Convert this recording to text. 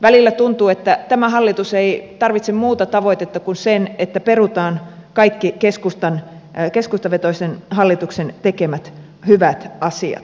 välillä tuntuu että tämä hallitus ei tarvitse muuta tavoitetta kuin sen että perutaan kaikki keskustavetoisen hallituksen tekemät hyvät asiat